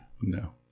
No